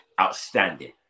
outstanding